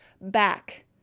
back